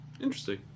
Interesting